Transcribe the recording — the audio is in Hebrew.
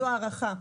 זו ההערכה.